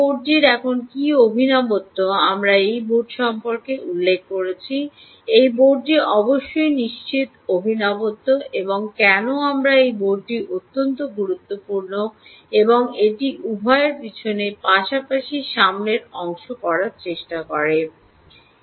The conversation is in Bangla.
এই বোর্ডটির এখন কী অভিনবত্ব আমরা এই বোর্ড সম্পর্কে উল্লেখ করেছি এই বোর্ডটি অবশ্যই নিশ্চিত অভিনবত্ব এবং কেন আমরা এই বোর্ডটি অত্যন্ত গুরুত্বপূর্ণ এবং এটি উভয় পিছনে পাশাপাশি সামনের অংশে করার চেষ্টা করছে